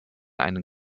einen